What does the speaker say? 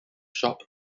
shop